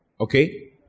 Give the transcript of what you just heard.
Okay